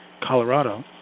Colorado